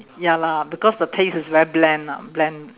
ya lah because the taste is very bland ah bland